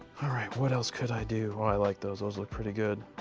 all right. what else could i do? well, i like those. those look pretty good.